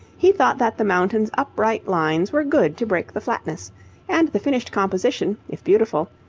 he thought that the mountain's upright lines were good to break the flatness and the finished composition, if beautiful,